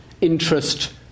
interest